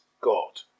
God